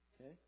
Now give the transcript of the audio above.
Okay